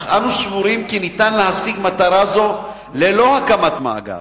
אך אנו סבורים כי ניתן להשיג מטרה זו ללא הקמת מאגר,